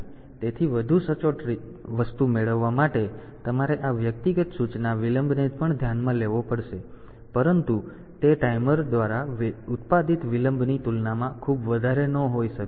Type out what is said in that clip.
તેથી વધુ સચોટ વસ્તુ મેળવવા માટે તમારે આ વ્યક્તિગત સૂચના વિલંબને પણ ધ્યાનમાં લેવો પડશે પરંતુ તે ટાઈમર દ્વારા ઉત્પાદિત વિલંબની તુલનામાં ખૂબ વધારે ન હોઈ શકે